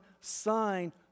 sign